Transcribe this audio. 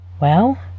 Well